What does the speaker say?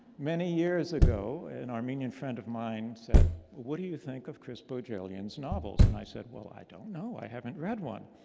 many years ago, an armenian friend of mine said, well, what do you think of chris bohjalian's novels? and i said, well, i don't know. i haven't read one.